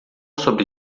sobre